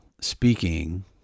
speaking